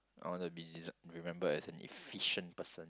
I want to be desig~ remembered as an efficient person